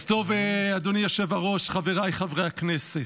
אדוני היושב-ראש, חבריי חברי הכנסת,